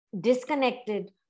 disconnected